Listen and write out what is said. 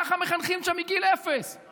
ככה מחנכים שם מגיל אפס,